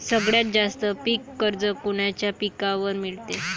सगळ्यात जास्त पीक कर्ज कोनच्या पिकावर मिळते?